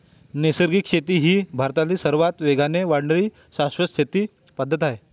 नैसर्गिक शेती ही भारतातील सर्वात वेगाने वाढणारी शाश्वत शेती पद्धत आहे